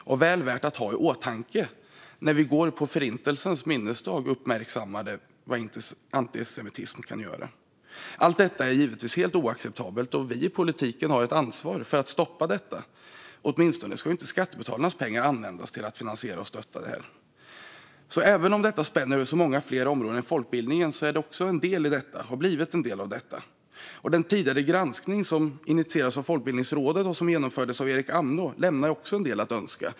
Det är väl värt att ha i åtanke efter att vi i går på Förintelsens minnesdag uppmärksammat vad antisemitism kan göra. Allt detta är givetvis helt oacceptabelt, och vi i politiken har ett ansvar för att stoppa det. Åtminstone ska inte skattebetalarnas pengar användas till att finansiera och stötta det här. Även om detta spänner över så många fler områden än folkbildningen har det också blivit en del av detta. Den tidigare granskning som initierades av Folkbildningsrådet och som genomfördes av Erik Amnå lämnar också en del att önska.